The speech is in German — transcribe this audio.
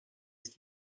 ist